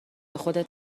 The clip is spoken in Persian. خودت